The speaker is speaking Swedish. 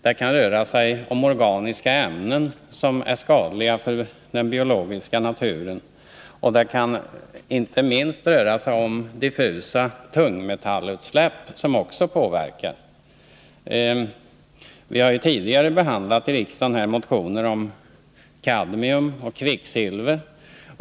Det kan vidare vara organiska ämnen som är skadliga för den biologiska naturen, och det kan, inte minst, röra sig om diffusa tungmetallutsläpp, som också påverkar miljön negativt. Vi har ju tidigare här i riksdagen behandlat motioner om kadmium och kvicksilver.